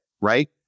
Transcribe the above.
right